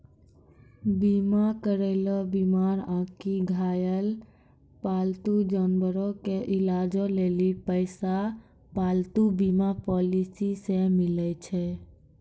बीमा करैलो बीमार आकि घायल पालतू जानवरो के इलाजो लेली पैसा पालतू बीमा पॉलिसी से मिलै छै